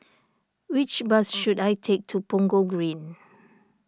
which bus should I take to Punggol Green